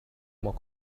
more